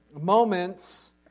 moments